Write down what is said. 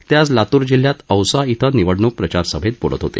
ते आज लातूर जिल्ह्यात औसा इथं निवडणूक प्रचारसभेत बोलत होते